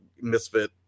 misfit